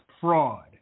fraud